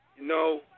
No